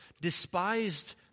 despised